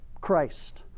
Christ